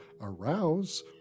arouse